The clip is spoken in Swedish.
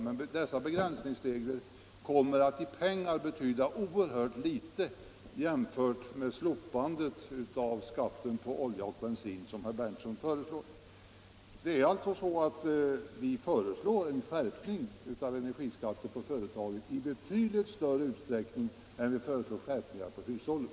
Men dessa begränsningsregler kommer att i pengar betyda oerhört litet jämfört med det slopande av skatten på olja och bensin som herr Berndtson förespråkar. Vårt förslag innebär alltså i betydligt större utsträckning en skärpning av energiskatten för företagen än en skärpning av denna för hushållen.